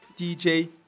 DJ